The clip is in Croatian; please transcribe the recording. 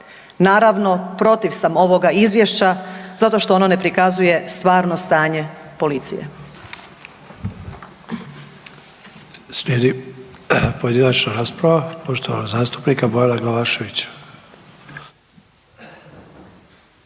Naravno protiv sam ovoga Izvješća zato što ono ne prikazuje stvarno stanje policije.